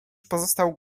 pozostał